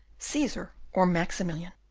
caesar, or maximilian.